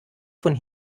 von